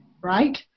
right